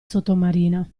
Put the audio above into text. sottomarina